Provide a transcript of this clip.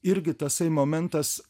irgi tasai momentas